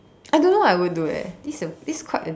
I don't know what I would do eh this this quite a